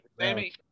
Sammy